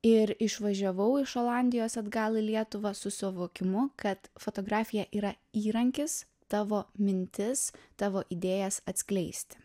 ir išvažiavau iš olandijos atgal į lietuvą su suvokimu kad fotografija yra įrankis tavo mintis tavo idėjas atskleisti